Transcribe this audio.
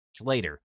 Later